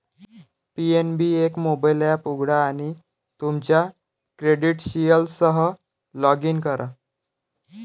PNB एक mobile app उघडा आणि तुमच्या क्रेडेन्शियल्ससह लॉग इन करा